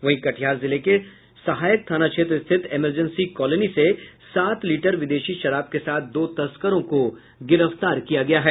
वहीं कटिहार जिले के सहायक थाना क्षेत्र स्थित इमरजेंसी कॉलोनी से सात लीटर विदेशी शराब के साथ दो तस्करों को गिरफ्तार किया गया है